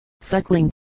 Suckling